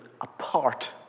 apart